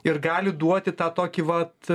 ir gali duoti tą tokį vat